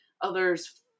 others